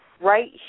right